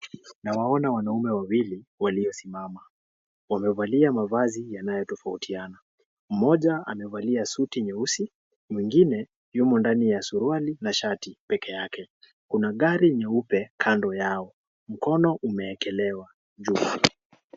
Nawaona wanaume wawili waliosimama wamevalia mavazi tofauti. Mmoja amevalia suti nyeusi na mwingine yumo ndani ya suruali na shati peke yake. kuna gari nyeupe kando Yao mkono umeekelewa juu.